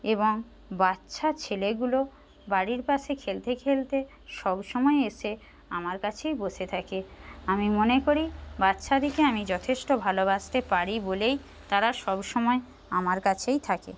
এবং বাচ্চা ছেলেগুলো বাড়ির পাশে খেলতে খেলতে সবসময় এসে আমার কাছেই বসে থাকে আমি মনে করি বাচ্চাদিকে আমি যথেষ্ট ভালোবাসতে পারি বলেই তারা সবসময় আমার কাছেই থাকে